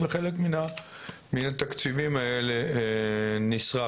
וחלק מן התקציבים האלה נשרף.